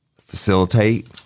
facilitate